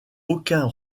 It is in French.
aucun